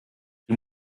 die